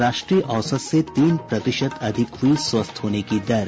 राष्ट्रीय औसत से तीन प्रतिशत अधिक हुई स्वस्थ होने की दर